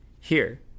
Here